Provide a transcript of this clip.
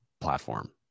platform